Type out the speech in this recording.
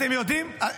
אתם יודעים,